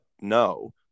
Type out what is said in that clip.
no